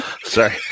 Sorry